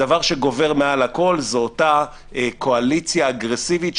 הדבר שגובר מעל הכול זה אותה קואליציה אגרסיבית,